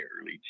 early